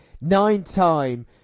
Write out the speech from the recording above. Nine-time